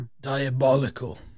Diabolical